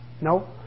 no